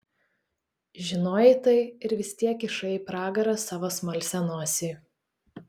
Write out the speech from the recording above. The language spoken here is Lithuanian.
žinojai tai ir vis tiek kišai į pragarą savo smalsią nosį